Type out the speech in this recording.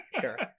sure